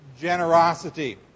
generosity